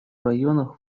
районах